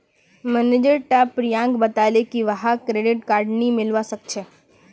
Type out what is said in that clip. manager टा प्रियंकाक बताले की वहाक क्रेडिट कार्ड नी मिलवा सखछे